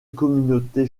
communauté